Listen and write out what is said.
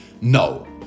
No